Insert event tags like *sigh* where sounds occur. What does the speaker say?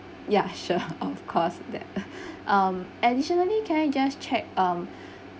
ya sure of course that *laughs* um additionally can i just check um